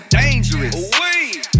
dangerous